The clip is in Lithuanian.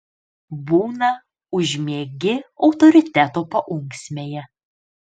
būna užmiegi autoriteto paunksmėje